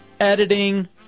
editing